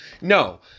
No